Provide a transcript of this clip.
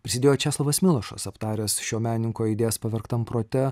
prisidėjo česlovas milošas aptaręs šio menininko idėjas pavergtam prote